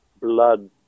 blood